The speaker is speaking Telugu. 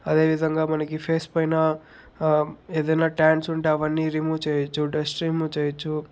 అదేవిధంగా మనకి ఫేస్ పైన ఏదైనా ట్యాన్స్ ఉంటే అవన్నీ రిమూవ్ చెయ్యచ్చు డస్ట్ రిమూవ్ చెయ్యచ్చు